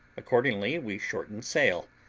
accordingly we shortened sail,